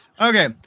Okay